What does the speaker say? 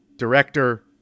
director